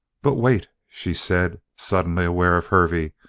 but wait! she said, suddenly aware of hervey,